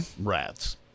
rats